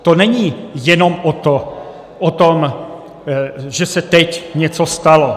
To není jenom o tom, že se teď něco stalo.